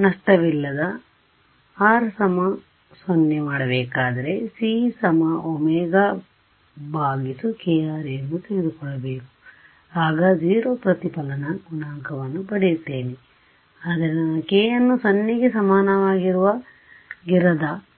ನಾನೀಗ R 0 ಮಾಡಬೇಕಾದರೆ c ω kr ಎಂದು ತೆಗೆದುಕೊಳ್ಳಬೇಕು ಆಗ 0 ಪ್ರತಿಫಲನ ಗುಣಾಂಕವನ್ನು ಪಡೆಯುತ್ತೇನೆ ಆದರೆ ನಾನು k ಅನ್ನು 0 ಗೆ ಸಮನಾಗಿರದ